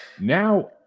now